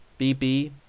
BB